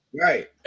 Right